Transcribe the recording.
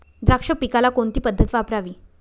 द्राक्ष पिकाला कोणती पद्धत वापरावी?